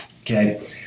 Okay